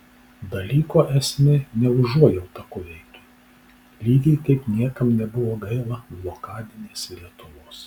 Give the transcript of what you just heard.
dalyko esmė ne užuojauta kuveitui lygiai kaip niekam nebuvo gaila blokadinės lietuvos